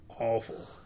awful